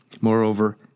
Moreover